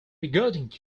regarding